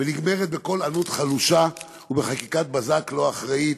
ונגמרת בקול ענות חלושה ובחקיקת בזק לא אחראית,